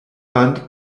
band